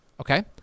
Okay